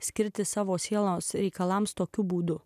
skirti savo sielos reikalams tokiu būdu